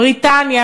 בריטניה,